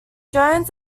jones